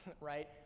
right